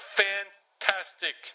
fantastic